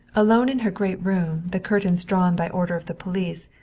alone in her great room, the curtains drawn by order of the police,